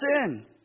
sin